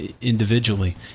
individually